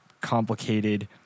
complicated